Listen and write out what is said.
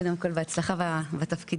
קודם כול, בהצלחה בתפקיד.